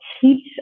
teach